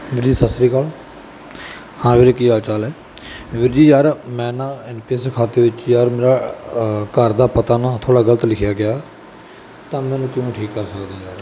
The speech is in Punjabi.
ਵੀਰ ਜੀ ਸਤਿ ਸ਼੍ਰੀ ਅਕਾਲ ਹਾਂ ਵੀਰੇ ਕੀ ਹਾਲ ਚਾਲ ਹੈ ਵੀਰ ਜੀ ਯਾਰ ਮੈਂ ਨਾ ਕਿਸੇ ਖਾਤੇ ਵਿੱਚ ਯਾਰ ਮੇਰਾ ਘਰ ਦਾ ਪਤਾ ਨਾ ਥੋੜ੍ਹਾ ਗਲਤ ਲਿਖਿਆ ਗਿਆ ਤਾਂ ਮੈਂ ਉਹਨੂੰ ਕਿਵੇਂ ਠੀਕ ਕਰ ਸਕਦਾ ਯਾਰ